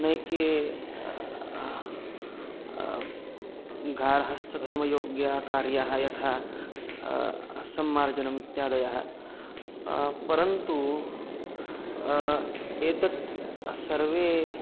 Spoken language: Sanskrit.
नैके गार्हस्थधर्मयोग्याः कार्याः यथा सम्मार्जनम् इत्यादयः परन्तु एतत् सर्वे